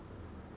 ya lor